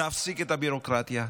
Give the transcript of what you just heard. להפסיק את הביורוקרטיה,